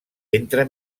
entre